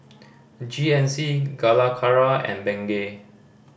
G N C Calacara and Bengay